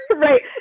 Right